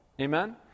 Amen